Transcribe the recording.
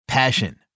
Passion